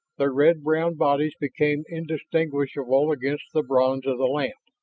their red-brown bodies became indistinguishable against the bronze of the land.